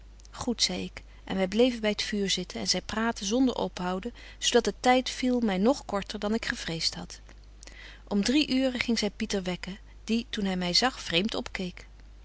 goed zei ik en wy bleven by t vuur zitten en zy praatte zonder ophouden zo dat de tyd viel my nog korter dan ik gevreest had om drie uuren ging zy pieter wekken die toen hy my zag vreemt opkeek